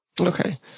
Okay